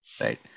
Right